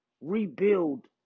rebuild